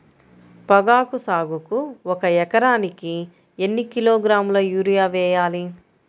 పొగాకు సాగుకు ఒక ఎకరానికి ఎన్ని కిలోగ్రాముల యూరియా వేయాలి?